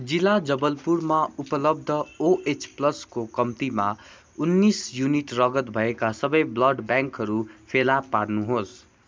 जिल्ला जबलपुरमा उपलब्ध ओएच प्लसको कम्तिमा उन्नाइस युनिट रगत भएका सबै ब्लड ब्याङ्कहरू फेला पार्नु होस्